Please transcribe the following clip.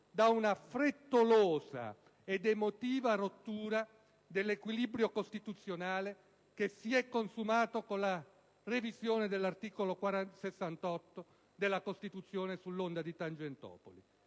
da una frettolosa ed emotiva rottura dell'equilibrio costituzionale che si è consumata con la revisione dell'articolo 68 della Costituzione sull'onda di tangentopoli.